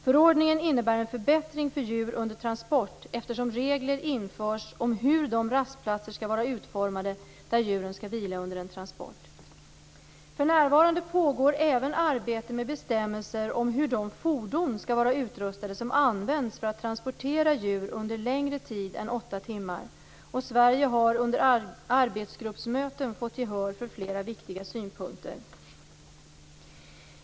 Förordningen innebär en förbättring för djur under transport, eftersom regler införs om hur de rastplatser skall vara utformade där djuren skall vila under en transport. För närvarande pågår även arbete med bestämmelser om hur de fordon skall vara utrustade som används för att transportera djur under längre tid än åtta timmar. Sverige har under arbetsgruppsmöten fått gehör för flera viktiga synpunkter.